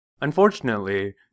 Unfortunately